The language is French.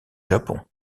japon